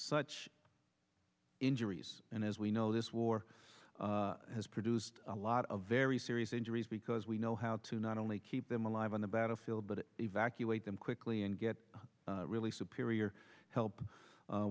such injuries and as we know this war has produced a lot of very serious injuries because we know how to not only keep them alive on the battlefield but evacuate them quickly and get really superior help